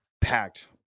packed